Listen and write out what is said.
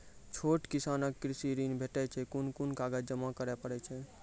छोट किसानक कृषि ॠण भेटै छै? कून कून कागज जमा करे पड़े छै?